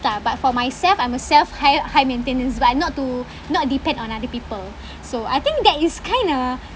type but for myself I'm a self high high maintenance but not to not depend on other people so I think that is kind of